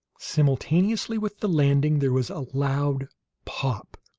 simultaneously with the landing there was a loud pop,